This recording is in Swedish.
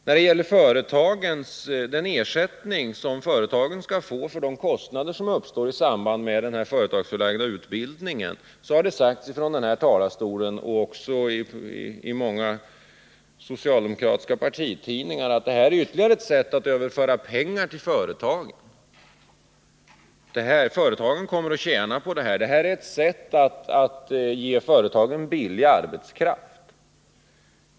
Vad gäller den ersättning som företagen skall få för de kostnader de åsamkas i samband med företagsförlagd utbildning, har det från denna talarstol sagts, liksom det har skrivits i många socialdemokratiska partitidningar, att det här är ytterligare ett sätt att överföra pengar till företagen. Man säger att företagen kommer att tjäna på detta system, att det är ett sätt att ge dem billig arbetskraft.